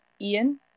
Ian